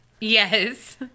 Yes